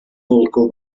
balcó